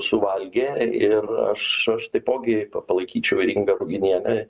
suvalgė ir aš aš taipogi palaikyčiau ir ingą ruginienę